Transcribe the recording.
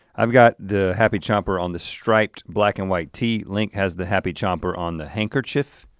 i've got the happy chomper on the striped black and white tee, link has the happy chomper on the handkerchief.